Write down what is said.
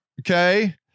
Okay